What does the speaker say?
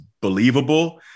believable